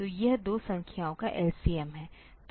तो यह दो संख्याओं का LCM है